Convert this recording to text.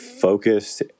focused